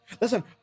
Listen